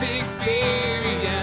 experience